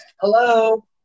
Hello